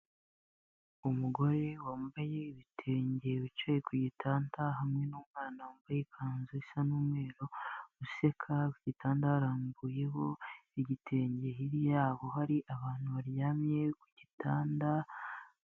Umugore wambaye ibitenge wicaye ku gitanda hamwe n'umwana wambaye ikanzu isa n'umweru useka, ku gitanda harambuyeho igitenge hirya hari abantu baryamye ku gitanda.